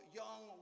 young